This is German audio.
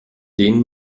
denen